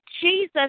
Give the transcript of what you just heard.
Jesus